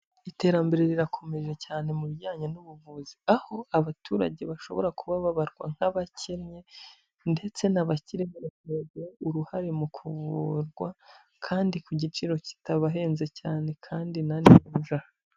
Iterambere rirakomeje cyane mu bijyanye n'ubuvuzi, aho abaturage bashobora kuba babarwa nk'abakennye ndetse n'abakire mu kugira uruhare mu kuvurwa kandi ku giciro kitabahenze cyane kandi na neza.